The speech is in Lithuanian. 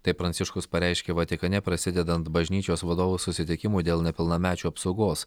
tai pranciškus pareiškė vatikane prasidedant bažnyčios vadovų susitikimui dėl nepilnamečių apsaugos